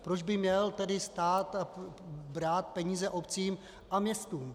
Proč by měl tedy stát brát peníze obcím a městům?